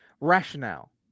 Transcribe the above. rationale